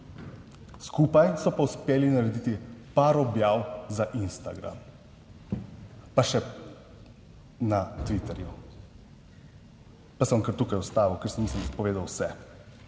Skupaj so pa uspeli narediti par objav za Instagram, pa še na Twitterju. Pa se bom kar tukaj ustavil, ker sem mislim, da povedal vse.